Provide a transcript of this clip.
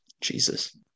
Jesus